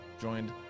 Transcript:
joined